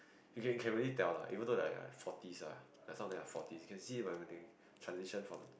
you can can tell lah even though like forty ah some of them are forty you can see everything transition from